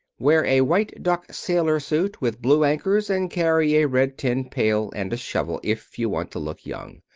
wear a white duck sailor suit with blue anchors and carry a red tin pail and a shovel, if you want to look young.